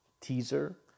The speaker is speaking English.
teaser